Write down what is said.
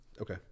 Okay